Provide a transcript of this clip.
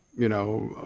you know,